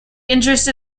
interest